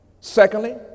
Secondly